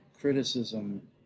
criticism